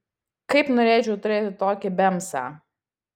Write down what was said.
kaip norėčiau turėti tokį bemsą